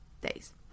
days